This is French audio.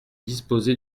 disposer